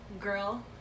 girl